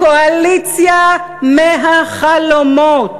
קואליציה מהחלומות.